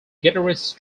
guitarist